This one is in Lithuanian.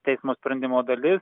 teismo sprendimo dalis